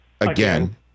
again